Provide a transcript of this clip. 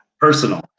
personal